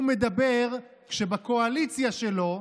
הוא מדבר כשבקואליציה שלו,